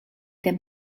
dem